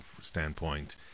standpoint